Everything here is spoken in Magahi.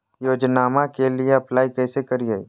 योजनामा के लिए अप्लाई कैसे करिए?